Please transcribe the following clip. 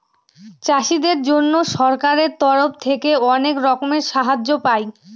চাষীদের জন্য সরকারের তরফ থেকে অনেক রকমের সাহায্য পায়